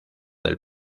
del